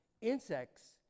Insects